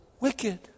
wicked